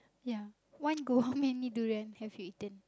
ya one go how many durian have you eaten